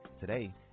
Today